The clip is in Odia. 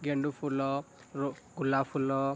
ଗେଣ୍ଡୁ ଫୁଲ ଗୋଲାପ ଫୁଲ